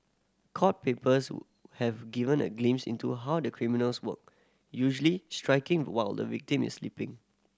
court papers have given a glimpse into a how the criminals work usually striking while the victim is sleeping